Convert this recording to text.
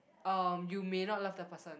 uh you may not love the person